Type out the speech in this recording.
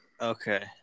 Okay